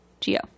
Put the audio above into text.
Geo